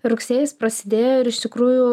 rugsėjis prasidėjo ir iš tikrųjų